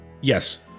yes